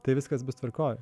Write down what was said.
tai viskas bus tvarkoj